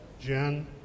Jen